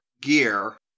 gear